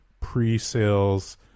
Pre-Sales